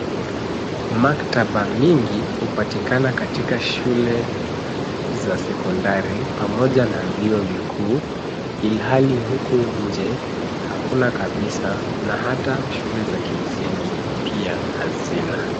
Maktaba mingi hupatikana katika shule za sekondari pamoja na vyuo vikuu ilhali huku nje hakuna kabisa na hata shule za kimsingi hazina.